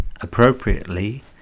appropriately